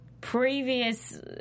previous